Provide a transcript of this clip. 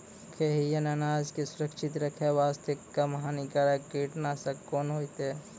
खैहियन अनाज के सुरक्षित रखे बास्ते, कम हानिकर कीटनासक कोंन होइतै?